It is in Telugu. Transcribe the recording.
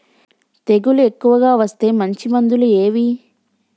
తెగులు ఎక్కువగా వస్తే మంచి మందులు ఏవి?